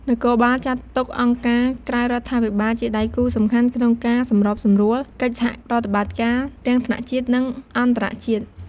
នគរបាលចាត់ទុកអង្គការក្រៅរដ្ឋាភិបាលជាដៃគូសំខាន់ក្នុងការសម្របសម្រួលកិច្ចសហប្រតិបត្តិការទាំងថ្នាក់ជាតិ និងអន្តរជាតិ។